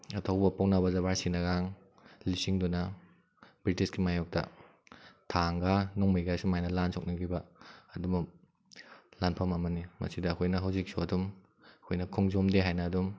ꯑꯊꯧꯕ ꯄꯧꯅꯥ ꯕ꯭ꯔꯖꯕꯥꯁꯤꯅꯒ ꯂꯤꯆꯤꯡꯗꯨꯅ ꯕ꯭ꯔꯤꯇꯤꯁꯀꯤ ꯃꯥꯌꯣꯛꯇ ꯊꯥꯡꯒ ꯅꯣꯡꯃꯩꯒ ꯁꯨꯃꯥꯏꯅ ꯂꯥꯟ ꯁꯣꯛꯅꯈꯤꯕ ꯑꯗꯨꯝꯕ ꯂꯥꯟꯐꯝ ꯑꯃꯅꯤ ꯃꯁꯤꯗ ꯑꯩꯈꯣꯏꯅ ꯍꯧꯖꯤꯛꯁꯨ ꯑꯗꯨꯝ ꯑꯩꯈꯣꯏꯅ ꯈꯣꯡꯖꯣꯝ ꯗꯦ ꯍꯥꯏꯅ ꯑꯗꯨꯝ